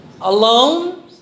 Alone